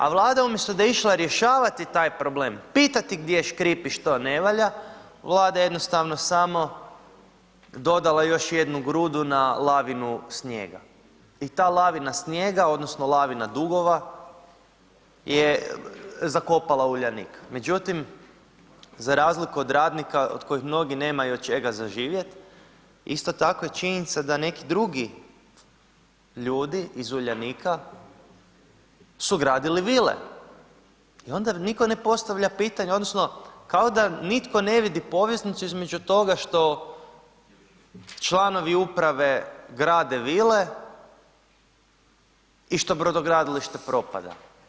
A Vlada umjesto da je išla rješavati taj problem, pitati gdje škripi, što ne valja, Vlada je jednostavno samo dodala još jednu grudu na lavinu snijega i ta lavina snijega odnosno lavina dugova je zakopala Uljanik međutim za razliku od radnika od kojih mnogi nemaju od čega za živjet, isto tako je činjenica da neki drugi ljudi iz Uljanika su gradili vile i onda nitko ne postavlja pitanje odnosno kao da nitko ne vidi poveznicu između toga što članovi uprave grade vile i što brodogradilište propada.